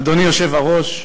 אדוני היושב-ראש,